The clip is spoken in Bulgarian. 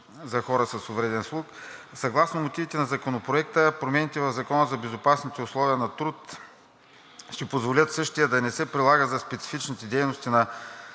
на хора с увреден слух. Съгласно мотивите на Законопроекта промените в Закона за безопасни условия на труд ще позволят същият да не се прилага за специфичните дейности на